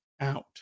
out